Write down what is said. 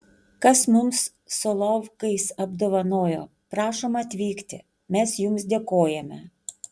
kas mus solovkais apdovanojo prašom atvykti mes jums dėkojame